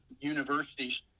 universities